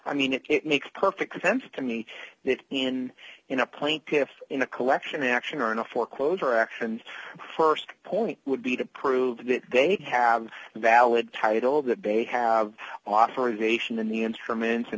i mean it it makes perfect sense to me that and in a plaintiffs in a collection action or in a foreclosure action st point would be to prove that they have a valid title that they have authorization in the instruments and